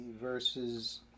verses